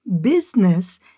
business